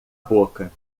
boca